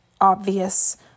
obvious